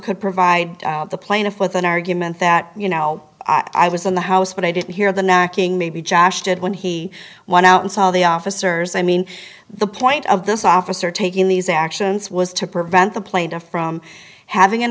could provide the plaintiff with an argument that you know i was in the house but i didn't hear the knocking maybe josh did when he went out and saw the officers i mean the point of this officer taking these actions was to prevent the plaintiff from having an